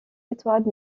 étoiles